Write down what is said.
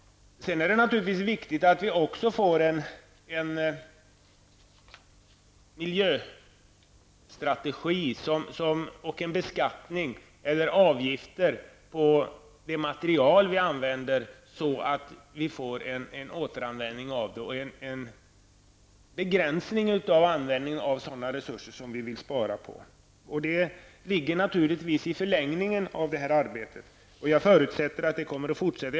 Sedan är det naturligtvis viktigt att vi får en miljöstrategi och beskattning eller avgifter på det material som används så att det sker en återanvändning och en begränsning av användningen av sådana resurser som vi vill spara. Detta ligger naturligtvis i förlängningen av detta arbete, och jag förutsätter att det kommer att fortsätta.